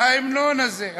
ההמנון הזה.